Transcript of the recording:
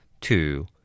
Two